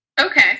Okay